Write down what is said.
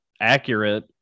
accurate